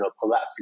collapse